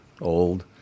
old